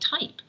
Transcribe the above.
type